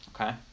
okay